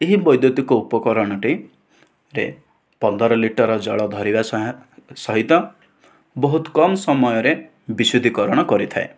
ଏହି ବୈଦ୍ୟୁତିକ ଉପକରଣଟିରେ ପନ୍ଦର ଲିଟର ଜଳ ଧରିବା ସହିତ ବହୁତ କମ ସମୟରେ ବିଶୁଦ୍ଧିକରଣ କରିଥାଏ